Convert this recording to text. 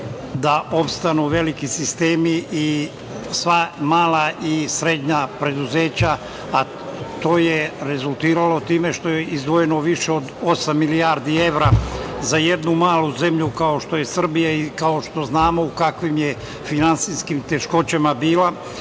da opstanu veliki sistemi i sva mala i srednja preduzeća. To je rezultiralo time što je izdvojeno više od osam milijardi evra za jednu malu zemlju kao što je Srbija i kao što znamo u kakvim je finansijskim teškoćama bila.